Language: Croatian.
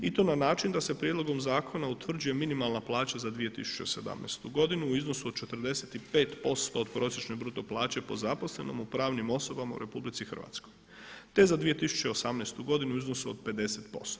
I to na način da se prijedlogom zakona utvrđuje minimalna plaća za 2017. godinu u iznosu od 45% od prosječne bruto plaće po zaposlenom u pravnim osobama u RH te za 2018. godinu u iznosu od 50%